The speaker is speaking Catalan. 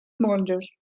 monjos